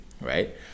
right